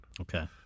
Okay